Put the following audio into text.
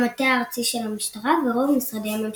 המטה הארצי של המשטרה ורוב משרדי הממשלה.